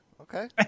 Okay